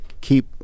keep